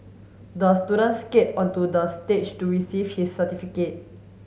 the student skate onto the stage to receive his certificate